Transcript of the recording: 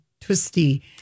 twisty